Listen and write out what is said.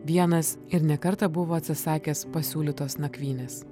vienas ir ne kartą buvo atsisakęs pasiūlytos nakvynės